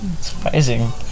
Surprising